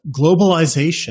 globalization